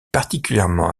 particulièrement